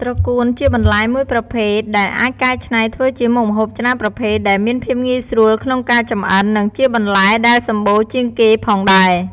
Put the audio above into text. ត្រកួនជាបន្លែមួយប្រភេទដែលអាចកែច្នៃធ្វើជាមុខម្ហូបច្រើនប្រភេទ ដែលមានភាពងាយស្រួលក្នុងការចម្អិន និងជាបន្លែដែលសំបូរជាងគេផងដែរ។